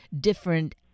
different